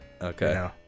Okay